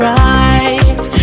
right